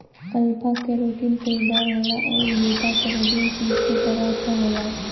alpha keratin पेचदार होला आउर बीटा केराटिन सीट के तरह क होला